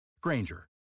Granger